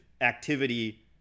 activity